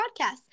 podcast